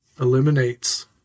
eliminates